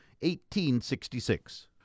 1866